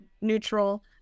neutral